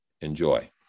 Enjoy